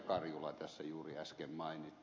karjula tässä juuri äsken mainitsi